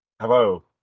hello